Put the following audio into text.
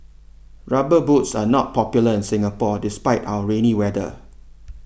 rubber boots are not popular in Singapore despite our rainy weather